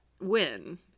win